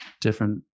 different